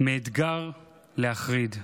מאתגר להחריד.